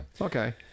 Okay